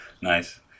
Nice